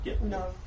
no